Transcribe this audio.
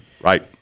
Right